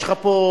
יש לך פה,